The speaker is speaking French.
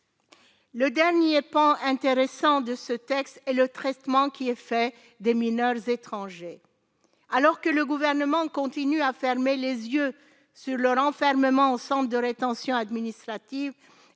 Le dernier pan intéressant de ce texte et le traitement qui est fait des mineurs étrangers alors que le gouvernement continue à fermer les yeux sur leur enfermement ensemble de rétention administrative,